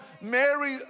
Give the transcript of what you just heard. Mary